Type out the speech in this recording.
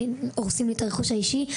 הורסים לי את הרכוש האישי,